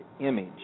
image